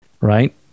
right